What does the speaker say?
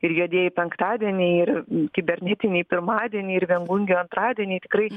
ir juodieji penktadieniai ir kibernetiniai pirmadieniai ir viengungio antradieniai tikrai